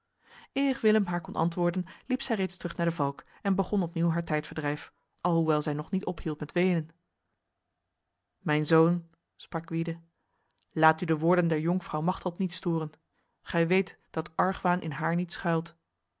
eer willem haar kon antwoorden liep zij reeds terug naar de valk en begon opnieuw haar tijdverdrijf alhoewel zij nog niet ophield met wenen mijn zoon sprak gwyde laat u de woorden der jonkvrouw machteld niet storen gij weet dat argwaan in haar niet schuilt